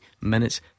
minutes